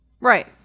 Right